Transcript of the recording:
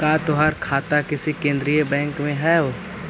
का तोहार खाता किसी केन्द्रीय बैंक में हव